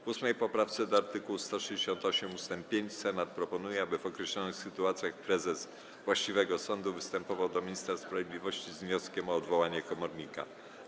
W 8. poprawce do art. 168 ust. 5 Senat proponuje, aby w określonych sytuacjach prezes właściwego sądu występował do ministra sprawiedliwości z wnioskiem o odwołanie komornika.